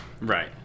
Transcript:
Right